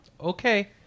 Okay